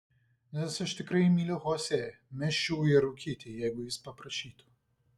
nes aš tikrai myliu chosė mesčiau ir rūkyti jeigu jis paprašytų